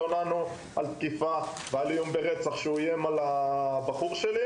זאת למרות שהתלוננו על תקיפה ועל איום ברצח כלפי העובד שלי.